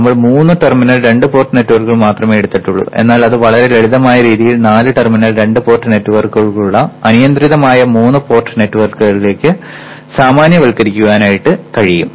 നമ്മൾ മൂന്ന് ടെർമിനൽ രണ്ട് പോർട്ട് നെറ്റ്വർക്ക് മാത്രമേ എടുത്തിട്ടുള്ളൂ എന്നാൽ അത് വളരെ ലളിതമായ രീതിയിൽ നാല് ടെർമിനൽ രണ്ട് പോർട്ട് നെറ്റ്വർക്കുകളുള്ള അനിയന്ത്രിതമായ മൂന്ന് പോർട്ട് നെറ്റ്വർക്കിലേക്ക് സാമാന്യവൽക്കരിക്കാൻ കഴിയും